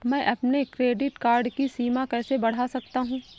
मैं अपने credit card की सीमा कैसे बढ़ा सकता हूँ?